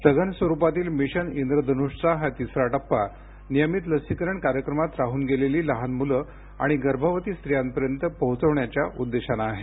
स्वन स्वरुपातील मिशन इंद्रधनुषया हा तिसरा टप्पा लसीकरण कार्यक्रमात राहून गेलेली लहान मूलं आणि गर्मवती रिस्यांपर्यंत पोहोपविष्याच्या उद्देशाने आहे